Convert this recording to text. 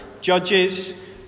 Judges